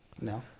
no